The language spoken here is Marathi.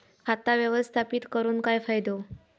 खाता व्यवस्थापित करून काय फायदो?